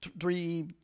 three